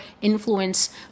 influence